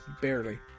barely